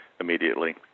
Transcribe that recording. immediately